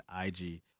IG